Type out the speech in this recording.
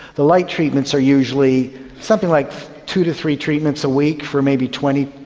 the light treatments are usually something like two to three treatments a week for maybe twenty,